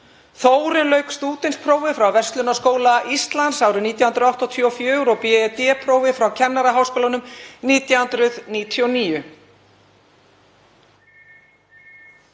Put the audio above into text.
Þórunn lauk stúdentsprófi frá Verslunarskóla Íslands 1984 og B.Ed.-prófi frá Kennaraháskólanum 1999.